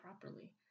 properly